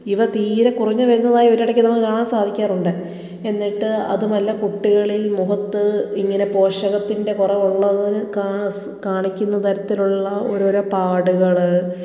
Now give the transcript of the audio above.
ഇവ തീരെ കുറഞ്ഞു വരുന്നതായി ഒരിടക്ക് നമുക്ക് കാണാൻ സാധിക്കാറുണ്ട് എന്നിട്ട് അതുമല്ല കുട്ടികളിൽ മുഖത്ത് ഇങ്ങനെ പോഷകത്തിൻ്റെ കുറവുള്ളത് കാണിക്കുന്ന തരത്തിലുള്ള ഓരോരോ പാടുകൾ